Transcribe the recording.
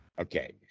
Okay